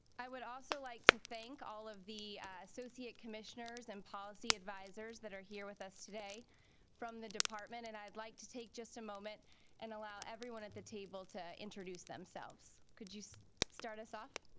i would also like to thank all of the associate commissioners and policy advisors that are here with us today from the department and i'd like to take just a moment and allow everyone at the table to introduce themselves could you start us off